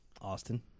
Austin